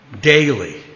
Daily